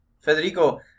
Federico